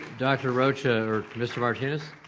dr. rocha or mr. martinez?